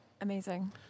amazing